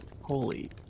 holy